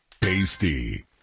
Tasty